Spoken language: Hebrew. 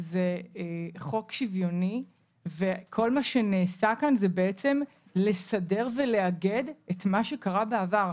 זה חוק שוויוני וכל מה שנעשה כאן זה בעצם לסדר ולאגד את מה שקרה בעבר.